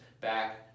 back